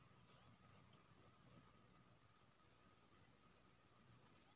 धन केर सीमा खाताक प्रकारेक अनुसार तय कएल जाइत छै